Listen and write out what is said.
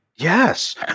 Yes